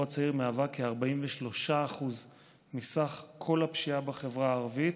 הצעיר מהווה כ-43% מסך כל הפשיעה בחברה הערבית,